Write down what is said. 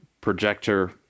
projector